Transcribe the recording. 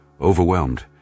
Overwhelmed